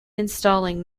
installing